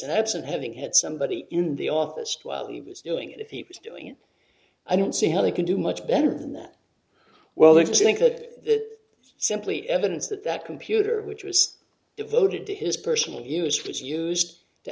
and that's and having had somebody in the office while he was doing it if he was doing it i don't see how they can do much better than that well they just think that it's simply evidence that that computer which was devoted to his person he was which used to